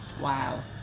Wow